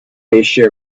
pesce